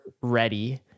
ready